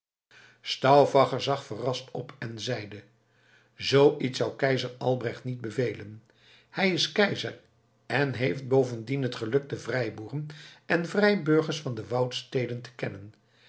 stauffacher zag verrast op en zeide zoo iets zou keizer albrecht niet bevelen hij is keizer en heeft bovendien het geluk de vrijboeren en vrijburgers van de woudsteden te kennen